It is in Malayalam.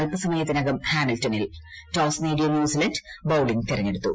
അൽപസമയത്തിനകം ഹാമിൽറ്റണിൽ ടോസ് നേടിയ ന്യൂസിലന്റ് ബൌളിംഗ് തിരഞ്ഞെടുത്തു